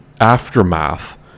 aftermath